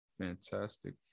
Fantastic